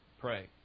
pray